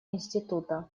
института